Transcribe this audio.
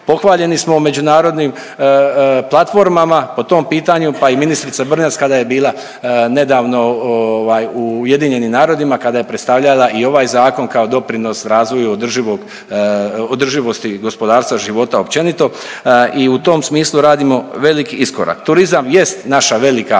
pohvaljeni smo u međunarodnim platformama po tom pitanju, pa i ministrica Brnjac kada je bila nedavno ovaj u UN-u, kada je predstavljala i ovaj zakon kao doprinos razvoju održivog, održivosti gospodarstva i života općenito i u tom smislu radimo veliki iskorak. Turizam jest naša velika